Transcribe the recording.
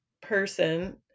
person